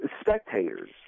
spectators